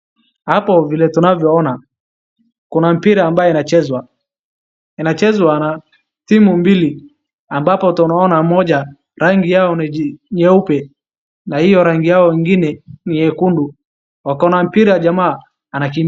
Hapo vile tunavyoona kuna mpira ambayo unaochezwa. Unachezwa na timu mbili ambapo tunaona moja rangi yao ni nyeupe na hio rangi yao ingine ni nyekundu. Akona mpira jamaa.